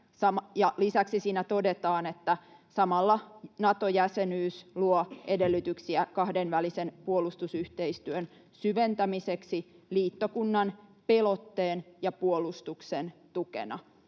Lisäksi siinä todetaan, että samalla Nato-jäsenyys luo edellytyksiä kahdenvälisen puolustusyhteistyön syventämiseksi liittokunnan pelotteen ja puolustuksen tukena.